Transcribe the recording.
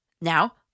Now